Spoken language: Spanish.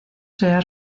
será